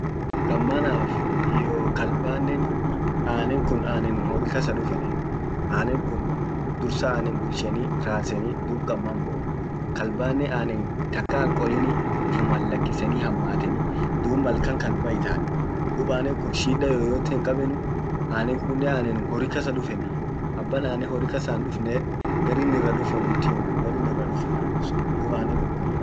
Qammanaf iyo kalbanen anen kun anan hori kasa dufanii. anan kunii dursa anan bulchani rasanii dum qamman boo. kalbanen anan takka hinqolin ufuman lakisani hammateni dum malkan kalba itaani duub anan kun shida yeyote hinqabanuu anan kunen ananum hori kasa dufeni aba anan hori kasa hindufne yed garrin ira duuf wo nut himuu garrin ira dufan anan sun duub anan kun kulli anan woni kasa dufanii.